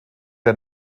der